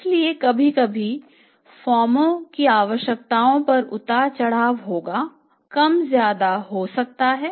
इसलिए कभी कभी फर्मों की आवश्यकताओं में उतार चढ़ाव होगा कम या ज्यादा हो सकता है